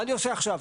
מה אני עושה עכשיו?